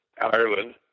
Ireland